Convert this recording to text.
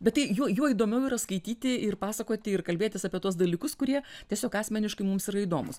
bet tai juo juo įdomiau yra skaityti ir pasakoti ir kalbėtis apie tuos dalykus kurie tiesiog asmeniškai mums yra įdomūs